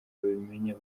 babimenya